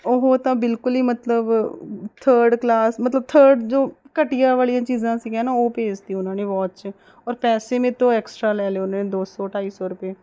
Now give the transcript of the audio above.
ਉਹ ਤਾਂ ਬਿਲਕੁਲ ਹੀ ਮਤਲਬ ਥਰਡ ਕਲਾਸ ਮਤਲਬ ਥਰਡ ਜੋ ਘਟੀਆ ਵਾਲੀਆਂ ਚੀਜ਼ਾਂ ਸੀਗੀਆਂ ਨਾ ਉਹ ਭੇਜ ਤੀ ਉਹਨਾਂ ਨੇ ਵੋਚ ਔਰ ਪੈਸੇ ਮੇਰੇ ਤੋਂ ਐਕਸਟਰਾ ਲੈ ਲਏ ਉਹਨੇ ਦੋ ਸੌ ਢਾਈ ਸੌ ਰੁਪਏ